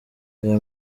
aya